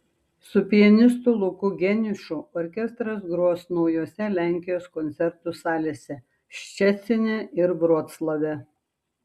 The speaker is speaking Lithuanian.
su pianistu luku geniušu orkestras gros naujose lenkijos koncertų salėse ščecine ir vroclave